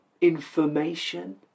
information